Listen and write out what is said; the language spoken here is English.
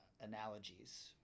analogies